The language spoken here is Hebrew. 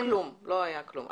לא היה כלום.